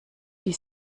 die